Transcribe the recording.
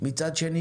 מצד שני,